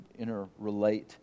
interrelate